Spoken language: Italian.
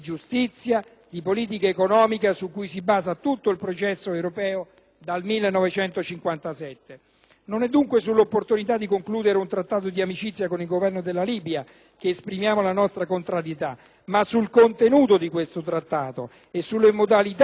Non è dunque sull'opportunità di concludere un Trattato di amicizia con il Governo della Libia che esprimiamo la nostra contrarietà, ma sul contenuto di questo Trattato e soprattutto sulle modalità con le quali il Governo in carica ha condotto i negoziati e raggiunto un accordo!